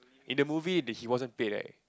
in the movie that he wasn't paid right